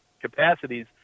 capacities